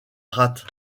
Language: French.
rate